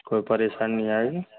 कोई परेशानी नहीं आएगी